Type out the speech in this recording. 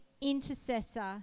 intercessor